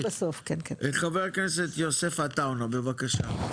חבר הכנסת יוסף עטאונה, בבקשה.